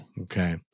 Okay